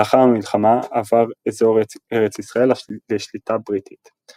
לאחר המלחמה, עבר אזור ארץ ישראל לשליטה בריטית.